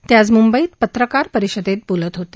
ते आज मुंबईत पत्रकार परिषदेत बोलत होते